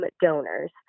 donors